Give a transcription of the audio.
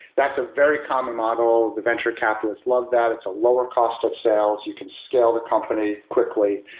that's a very common model. the venture capitalists love that. it's a lower cost of sales. you can scale the company quickly.